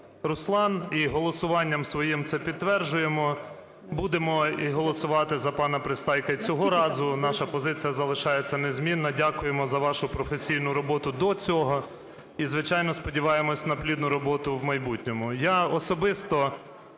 Руслан, і голосуванням своїм це підтверджуємо, будемо голосувати за пана Пристайка і цього разу, наша позиція залишається незмінна. Дякуємо за вашу професійну роботу до цього і, звичайно, сподіваємося на плідну роботу в майбутньому.